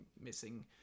missing